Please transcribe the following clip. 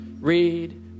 read